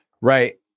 Right